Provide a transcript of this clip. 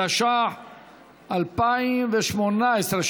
התשע"ח 2018,